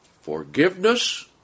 forgiveness